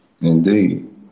indeed